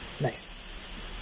nice